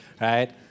right